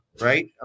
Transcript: right